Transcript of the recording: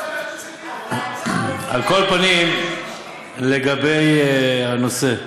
על כל פנים, לגבי הנושא,